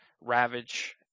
ravage